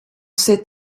sait